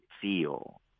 feel